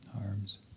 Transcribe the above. arms